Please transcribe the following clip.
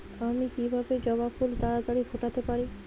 আমি কিভাবে জবা ফুল তাড়াতাড়ি ফোটাতে পারি?